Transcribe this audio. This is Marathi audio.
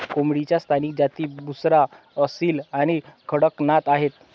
कोंबडीच्या स्थानिक जाती बुसरा, असील आणि कडकनाथ आहेत